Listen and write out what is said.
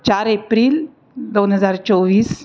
चार एप्रिल दोन हजार चोवीस